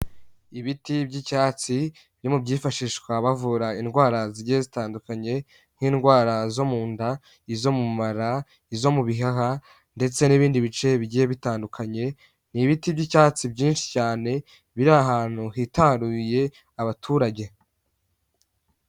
Ibiti by'icyatsi byo mu byifashishwa bavura indwara zigiye zitandukanye nk'indwara zo mu nda, izo mu mara, izo mu bihaha, ndetse n'ibindi bice bigiye bitandukanye n'ibiti by'icyatsi byinshi cyane biri ahantu hitaruye abaturage.